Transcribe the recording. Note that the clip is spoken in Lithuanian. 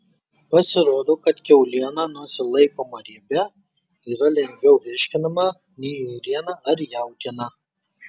pasirodo kad kiauliena nors ir laikoma riebia yra lengviau virškinama nei ėriena ar jautiena